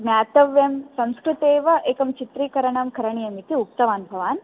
ज्ञातव्यं संस्कृतेव एकं चित्रीकरणं करणीयमिति उक्तवान् भवान्